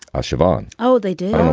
siobhan oh, they did.